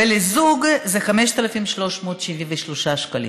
ולזוג זה 5,373 שקלים.